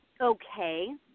okay